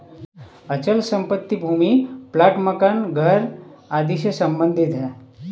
अचल संपत्ति भूमि प्लाट मकान घर आदि से सम्बंधित है